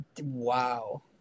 Wow